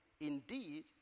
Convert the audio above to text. indeed